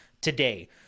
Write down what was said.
today